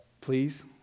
please